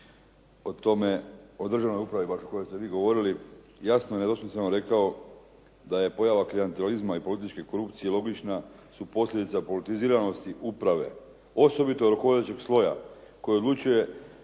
govori o državnoj upravi o kojoj ste vi govorili, jasno i nedvosmisleno rekao da je pojava klijentelizma i političke korupcije logična su posljedica politiziranosti uprave, osobito rukovodećeg sloja koji odlučuje,